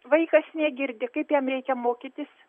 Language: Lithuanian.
vaikas negirdi kaip jam reikia mokytis